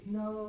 no